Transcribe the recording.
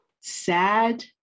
sad